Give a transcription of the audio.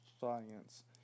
science